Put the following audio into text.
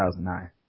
2009